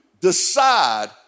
decide